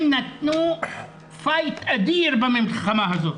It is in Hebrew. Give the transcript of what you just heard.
הם נתנו פייט אדיר במלחמה הזאת.